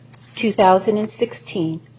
2016